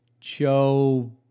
Joe